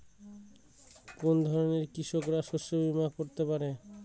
কোন ধরনের কৃষকরা শস্য বীমা করতে পারে?